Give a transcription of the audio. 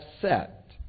set